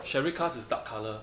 sherry cask is dark colour